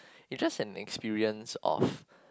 is just an experience of